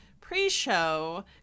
pre-show